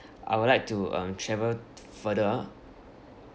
I would like to um travel further